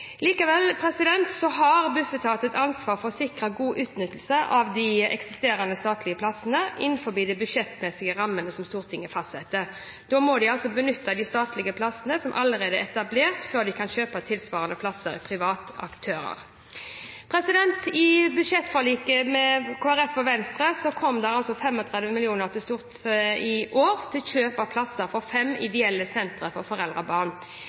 Likevel har Bufetat et ansvar for å sikre god utnyttelse av de eksisterende statlige plassene. Innenfor de budsjettmessige rammer som Stortinget fastsetter, må de benytte de statlige plassene som allerede er etablert, før de kan kjøpe tilsvarende plasser av private aktører. I budsjettforliket med Kristelig Folkeparti og Venstre kom det 35 mill. kr i år til kjøp av plasser fra fem ideelle sentre for